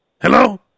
hello